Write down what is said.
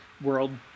world